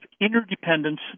interdependence